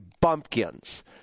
bumpkins